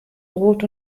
brot